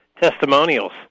testimonials